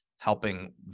helping